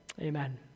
amen